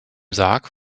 sarg